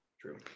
True